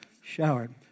showered